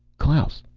klaus!